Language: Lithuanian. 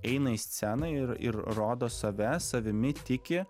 eina į sceną ir ir rodo save savimi tiki